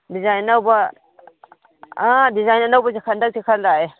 design ꯑꯅꯧꯕ design ꯑꯅꯧꯕꯁꯦ ꯍꯟꯗꯛꯇꯤ ꯈꯔ ꯂꯥꯛꯑꯦ